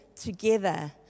together